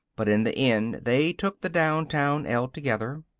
but in the end they took the downtown el together.